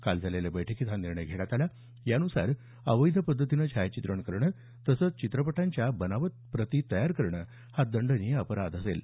काल झालेल्या बैठकीत हा निर्णय घेण्यात आला यानुसार अवैध पद्धतीनं छायाचित्रण करणं तसंच चित्रपटांच्या बनावट प्रती तयार करणं हा दंडनीय अपराध असेल